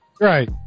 Right